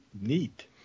neat